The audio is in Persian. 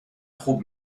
خوب